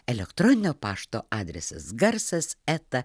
elektroninio pašto adresas garsas eta